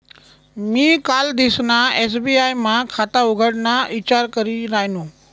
मी कालदिसना एस.बी.आय मा खाता उघडाना ईचार करी रायनू